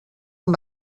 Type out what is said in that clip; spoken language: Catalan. amb